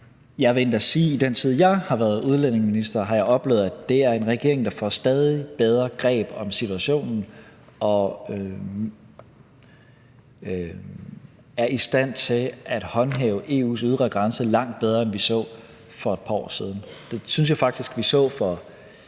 Jeg vil endda sige, at i den tid, jeg har været udlændingeminister, har jeg oplevet, at det er en regering, der får stadig bedre greb om situationen og er i stand til at håndhæve EU's ydre grænse langt bedre, end vi så for et par år siden. Det synes jeg faktisk vi så for